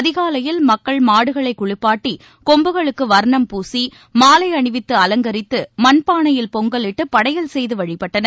அதிகாலையில் மக்கள் மாடுகளை குளிப்பாட்டி கொம்புகளுக்கு வர்ணம்பூசி மாலை அணிவித்து அலங்கரித்து மண்பானையில் பொங்கலிட்டு படையல் செய்து வழிபட்டனர்